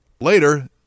Later